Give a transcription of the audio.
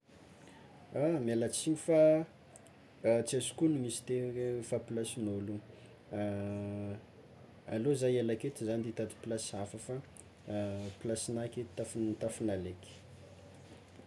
Ah miala tsiny fa ah tsy azoko onony izy teo efa plasin'ologno, alô zah hiala aketo zagny hitady plasy hafa fa plasinao aketo tafi- tafinalaiko.